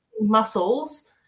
muscles